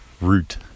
root